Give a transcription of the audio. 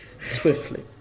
Swiftly